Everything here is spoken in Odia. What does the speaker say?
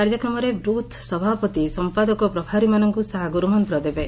କାର୍ଯ୍ୟକ୍ରମରେ ବୁଥ୍ ସଭାପତି ସମ୍ପାଦକ ଓ ପ୍ରଭାରୀମାନଙ୍ଙ୍କୁ ଶାହା ଗୁରୁମନ୍ତ ଦେବେ